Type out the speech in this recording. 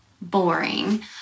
boring